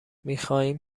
میخواییم